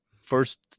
first